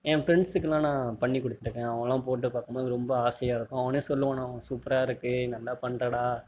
ஏ ஃபிரெண்ட்ஸுக்குலாம் நான் பண்ணி கொடுத்துருக்கேன் அவங்கலாம் போட்டு பார்க்கம்போது ரொம்ப ஆசையாக இருக்கும் அவனே சொல்லுவானோ சூப்பராக இருக்கு நல்லா பண்ணுறடா